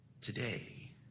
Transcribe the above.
today